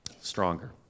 stronger